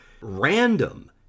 random